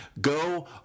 go